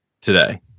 today